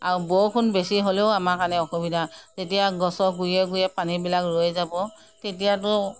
আৰু বৰষুণ বেছি হ'লেও আমাৰ কাৰণে অসুবিধা তেতিয়া গছৰ গুৰিয়ে গুৰিয়ে পানীবিলাক ৰৈ যাব তেতিয়াতো